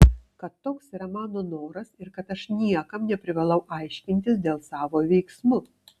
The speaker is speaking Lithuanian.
kad toks yra mano noras ir kad aš niekam neprivalau aiškintis dėl savo veiksmų